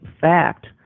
fact